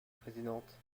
présidente